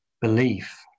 belief